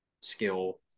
skill